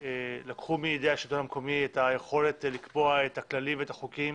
שלקחו מידי השלטון המקומי את היכולת לקבוע את הכללים ואת החוקים,